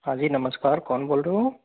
हाँ जी नमस्कार कौन बोल रहे हो